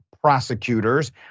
prosecutors